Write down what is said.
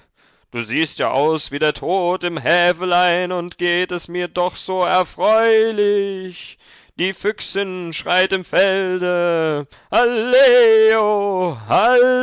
du siehst ja aus wie der tod im häfelein und geht es mir doch so erfreulich die füchsin schreit im felde halleo